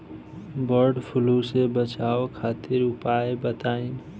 वड फ्लू से बचाव खातिर उपाय बताई?